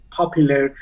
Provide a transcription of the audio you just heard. popular